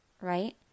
right